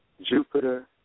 Jupiter